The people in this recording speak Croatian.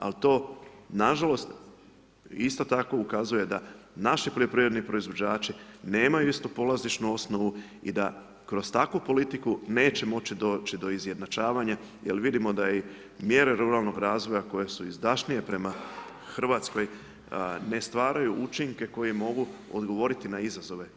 Al to nažalost isto tako ukazuje da naši poljoprivredni proizvođači nemaju istu polazišnu osnovu i da kroz takvu politiku neće moći doći do izjednačavanja jel vidimo da i mjere ruralnog razvoja koje su izdašnije prema RH ne stvaraju učinke koji mogu odgovoriti na izazove.